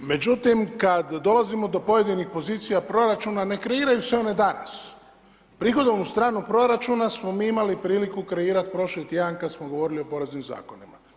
Međutim, kad dolazimo do pojedinih pozicija proračuna ne kreiraju se one danas, prihodovnu stranu proračuna smo mi imali priliku kreirat prošli tjedan kad smo govorili o poreznim Zakonima.